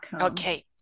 Okay